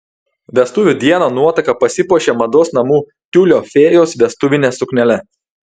vestuvių dieną nuotaka pasipuošė mados namų tiulio fėjos vestuvine suknele